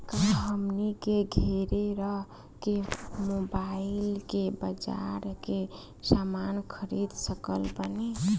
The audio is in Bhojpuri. का हमनी के घेरे रह के मोब्बाइल से बाजार के समान खरीद सकत बनी?